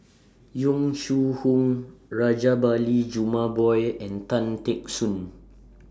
Yong Shu Hoong Rajabali Jumabhoy and Tan Teck Soon